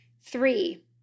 Three